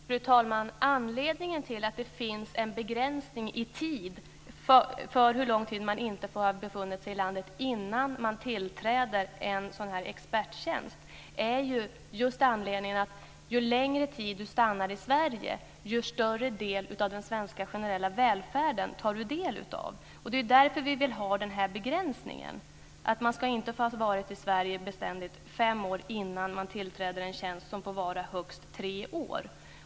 Fru talman! Anledningen till att det finns en begränsning av den tid som man får ha befunnit sig i landet innan man tillträder en sådan här experttjänst är just att ju längre tid man stannar i Sverige, desto större del av den svenska generella välfärden tar man del av. Det är därför vi vill ha den här begränsningen. Man ska inte ha varit i Sverige beständigt fem år innan man tillträder en tjänst som får vara högst tre år.